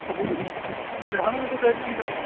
ಹಾಂ ಹೌದು ರೀ ಇಲ್ಲಿ ಸೈಟ್ನ್ಯಾಗ ಇದ್ರ